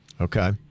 Okay